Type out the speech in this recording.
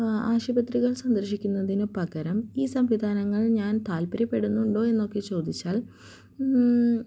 ആശുപത്രികൾ സന്ദർശിക്കുന്നതിന് പകരം ഈ സംവിധാനങ്ങൾ ഞാൻ താല്പര്യപ്പെടുന്നുണ്ടോ എന്നൊക്കെ ചോദിച്ചാൽ